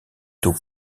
taux